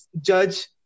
judge